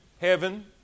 heaven